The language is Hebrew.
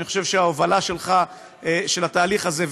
אני חושב שההובלה שלך את התהליך הזה,